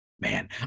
Man